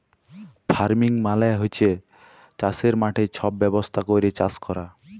farming মালে হছে চাষের মাঠে ছব ব্যবস্থা ক্যইরে চাষ ক্যরা